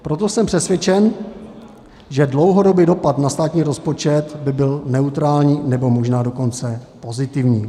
Proto jsem přesvědčen, že dlouhodobý dopad na státní rozpočet by byl neutrální, nebo možná dokonce pozitivní.